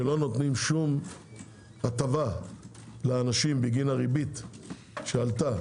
שלא נותנים שום הטבה לאנשים בגין הריבית שעלתה